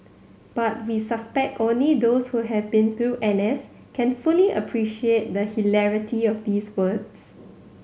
but we suspect only those who have been through N S can fully appreciate the hilarity of these words